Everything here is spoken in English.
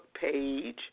page